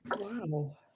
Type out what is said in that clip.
Wow